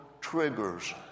triggers